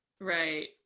right